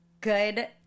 Good